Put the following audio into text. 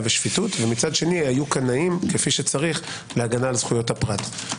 ושפיטות ומצד שני היו קנאים כפי שצריך להגנה על זכויות הפרט.